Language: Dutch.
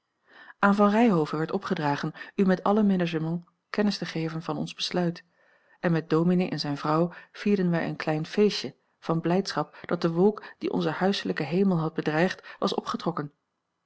aan van ryhove werd opgedragen u met alle menagement kennis te geven van ons besluit en met dominee en zijne vrouw vierden wij een klein feestje van blijdschap dat de wolk die onzen huislijken hemel had bedreigd was opgetrokken